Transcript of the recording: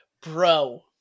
Bro